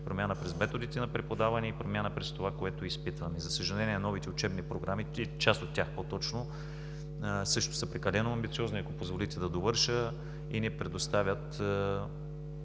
промяна през методите на преподаване и промяна през това, което изпитваме. За съжаление, новите учебни програми, и част от тях по-точно, също са прекалено амбициозни... (Председателят дава